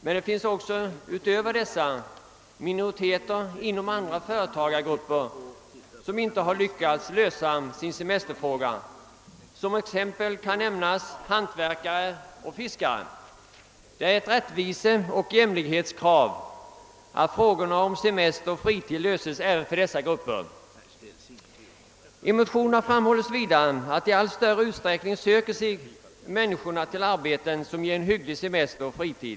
Men därutöver finns det inom andra företagargrupper minoriteter som inte har lyckats lösa sin semesterfråga. Som exempel kan nämnas hantverkare och fiskare. Det är ett rättviseoch jämlikhetskrav att frågan om semester och fritid löses även för dessa grupper. I motionerna framhålls vidare att människorna i allt större utsträckning söker sig till arbeten som ger en hygglig semester och fritid.